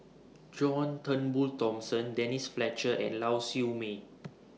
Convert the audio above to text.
John Turnbull Thomson Denise Fletcher and Lau Siew Mei